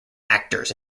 actors